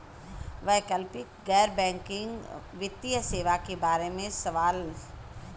वैकल्पिक गैर बैकिंग वित्तीय सेवा के बार में सवाल?